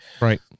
Right